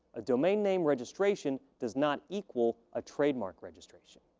a domain name registration does not equal a trademark registration.